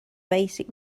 basic